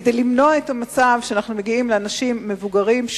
כדי למנוע את המצב שאנחנו מגיעים לאנשים מבוגרים,